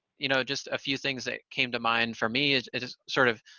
you know, just a few things that came to mind for me is is sort of,